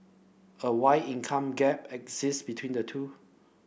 a wide income gap exists between the two